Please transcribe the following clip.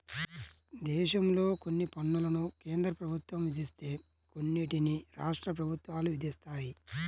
దేశంలో కొన్ని పన్నులను కేంద్ర ప్రభుత్వం విధిస్తే కొన్నిటిని రాష్ట్ర ప్రభుత్వాలు విధిస్తాయి